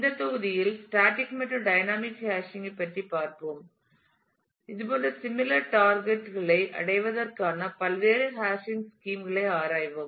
இந்த தொகுதியில் ஸ்டாடிக் மற்றும் டைனமிக் ஹேஷிங்கைப் பற்றி பார்ப்போம் போன்ற சிமில்லர் டார்கெட் களை அடைவதற்கான பல்வேறு ஹாஷிங் ஸ்கீம் களை ஆராய்வோம்